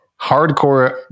hardcore